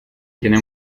tiene